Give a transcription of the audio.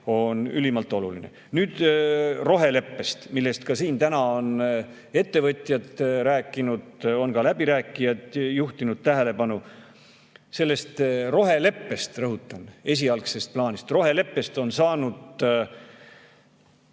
ülimalt oluline. Nüüd roheleppest, millest siin täna on ettevõtjad rääkinud ja millele on ka läbirääkijad juhtinud tähelepanu. Sellest roheleppest – rõhutan, esialgsest plaanist –, on saanud